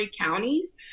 counties